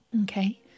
okay